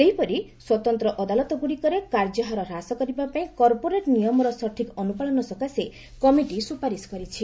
ସେହିପରି ସ୍ୱତନ୍ତ୍ର ଅଦାଲତଗୁଡିକରେ କାର୍ଯ୍ୟହାର ହ୍ରାସ କରିବାପାଇଁ କର୍ପୋରେଟ୍ ନିୟମର ସଠିକ୍ ଅନୁପାଳନ ସକାଶେ କମିଟି ସୁପାରିସ କରିଛି